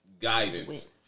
guidance